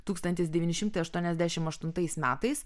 tūkstantis devyni šimtai aštuoniasdešimt aštuntais metais